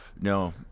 No